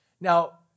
Now